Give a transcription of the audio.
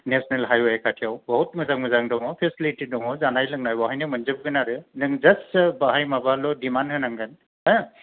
national highway खाथियाव बहुत मोजां मोजां दङ फेसिलिथि दङ जानाय लोंनाय बहायनो मोनजोब गोन आरो नों जास्ट बाहाय माबाल' दिमानद होनांगोन हो